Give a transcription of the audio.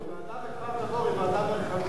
הוועדה בכפר-תבור היא ועדה מרחבית.